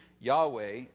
Yahweh